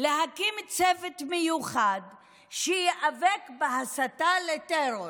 להקים צוות מיוחד שייאבק בהסתה לטרור.